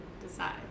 decide